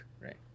Right